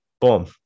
Boom